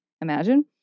Imagine